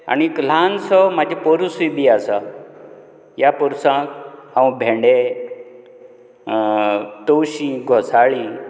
आनीक ल्हानसो म्हाजो पोरुसूय बी आसा ह्या पोरसांत हांव भेंडे तवशीं घोसाळीं